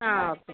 ആ ഓക്കെ